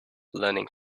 learning